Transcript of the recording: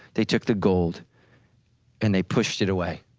they took the gold and they pushed it away.